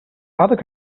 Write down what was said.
other